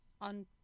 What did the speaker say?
on